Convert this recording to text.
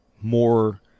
more